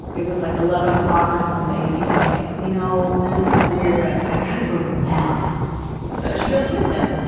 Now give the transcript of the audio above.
it was, like, eleven zero or something. and he's, like, you know, this is weird, but i've got to go to the lab so she goes with him,